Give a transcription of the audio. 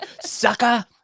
Sucker